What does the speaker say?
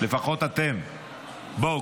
לפחות אתם, בואו.